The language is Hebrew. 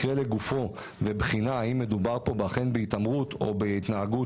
במקרה לגופו ובחינה האם מדובר בהתעמרות או בהתנהגות